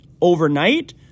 overnight